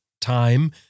time